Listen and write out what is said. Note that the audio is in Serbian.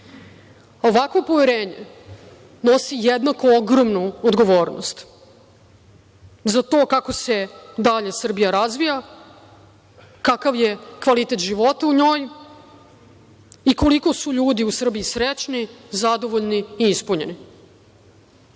poverenje nosi jednako ogromnu odgovornost za to kako se dalje Srbija razvija, kakav je kvalitet života u njoj i koliko su ljudi u Srbiji srećni, zadovoljni i ispunjeni. Kroz